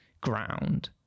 ground